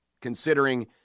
considering